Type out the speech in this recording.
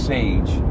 Sage